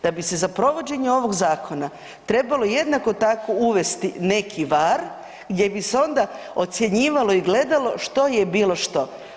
Da bi se za provođenje ovog zakona trebalo jednako tako trebalo uvesti neki VAR gdje bi se onda ocjenjivalo i gledalo što je bilo što.